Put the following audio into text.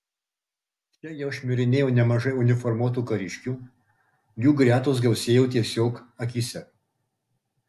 čia jau šmirinėjo nemažai uniformuotų kariškių jų gretos gausėjo tiesiog akyse